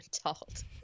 adult